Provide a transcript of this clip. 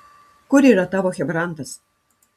kur yra tavo chebrantas